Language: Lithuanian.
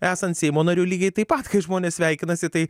esant seimo nariu lygiai taip pat kai žmonės sveikinasi tai